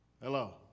Hello